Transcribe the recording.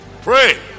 Pray